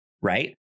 right